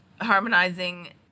harmonizing